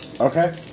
Okay